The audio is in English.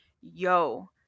yo